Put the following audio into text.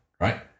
right